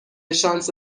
شانس